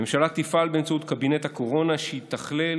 הממשלה תפעל באמצעות קבינט הקורונה שיתכלל